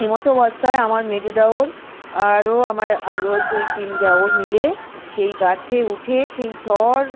এমতো অবস্থায় আমার মেজো দেওয়র আরও আমার আরও দুই তিন দেওয়র মিলে সেই গাছে উঠে সেই ঝড়